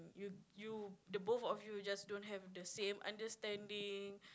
you you the both of you just don't have the same understanding